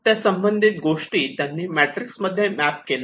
त्यासंबंधित गोष्टी त्यांनी मॅट्रिक्स मध्ये मॅप केल्या